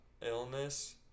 illness